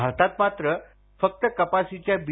भारतात मात्र फक्त कापसाच्या बी